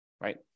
Right